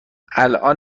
الان